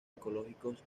ecológicos